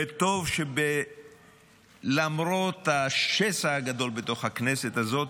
וטוב שלמרות השסע הגדול בתוך הכנסת הזו,